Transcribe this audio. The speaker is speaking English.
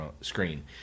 screen